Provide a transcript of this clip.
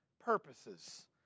purposes